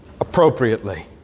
appropriately